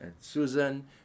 Susan